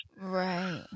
Right